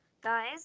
guys